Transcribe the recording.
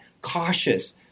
cautious